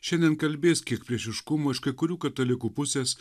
šiandien kalbės kiek priešiškumo iš kai kurių katalikų pusės